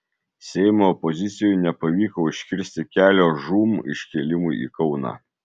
seimo opozicijai nepavyko užkirsti kelio žūm iškėlimui į kauną